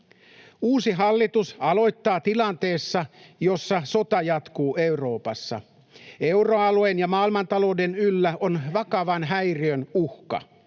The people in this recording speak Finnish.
Uusi hallitus aloittaa tilanteessa, jossa sota jatkuu Euroopassa. Euroalueen ja maailmantalouden yllä on vakavan häiriön uhka.